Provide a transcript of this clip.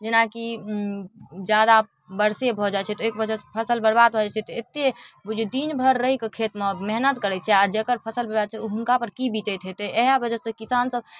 जेनाकि जादा बरसे भऽ जाइ छै तऽ ओइके वजह सँ फसल बर्बाद भऽ जाइ छै तऽ एते बुझियौ जे दिन भरि रहिकऽ खेतमे मेहनत करै छै आओर जकर फसल बर्बाद भऽ जाइ छै हुनकापर की बितैत हेतै इएह वजहसँ किसान सब